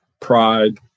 pride